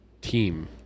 team